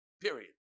Period